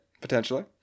potentially